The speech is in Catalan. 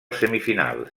semifinals